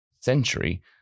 century